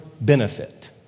benefit